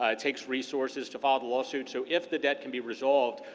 it takes resources to file the lawsuit. so if the debt can be resolved,